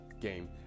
game